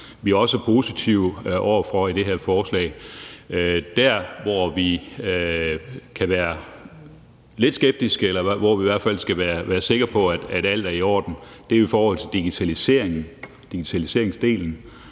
vi også er positive over for i det her forslag. Der, hvor vi kan være lidt skeptiske, eller hvor vi i hvert fald skal være sikre på, at alt er i orden, er i forhold til digitaliseringen, altså digitaliseringsdelen,